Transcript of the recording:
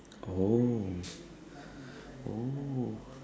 oh oh